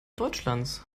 deutschlands